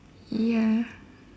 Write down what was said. ya